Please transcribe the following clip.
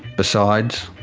besides,